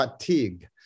fatigue